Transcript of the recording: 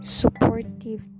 supportive